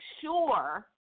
sure